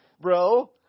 bro